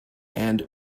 and